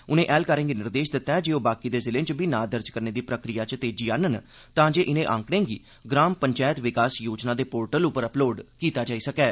उनें ऐहलकारें गी निर्देश दित्ता ऐ जे ओह् बाकी दे जिलें च बी नां दर्ज करने दी प्रक्रिया च तेजी आहनन तांजे इनें आंकड़ें गी ग्राम पंचैत विकास योजना दे पोर्टल उप्पर अपलोड कीता जाई सकै